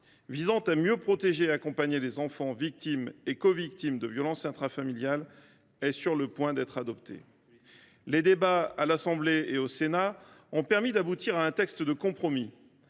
visant à mieux protéger et accompagner les enfants victimes et covictimes de violences intrafamiliales est sur le point d’être adoptée. Les débats à l’Assemblée nationale et au Sénat ont permis d’aboutir à un texte de compromis.